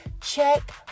check